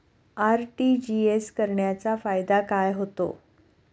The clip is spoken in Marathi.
आर.टी.जी.एस करण्याचा फायदा काय होतो?